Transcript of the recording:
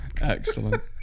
excellent